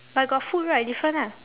but got food right different lah